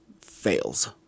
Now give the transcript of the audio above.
fails